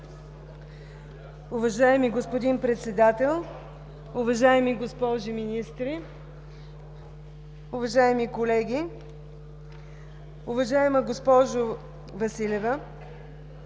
Уважаеми господин Председател, уважаеми госпожи министри, уважаеми колеги! Уважаема госпожо Василева,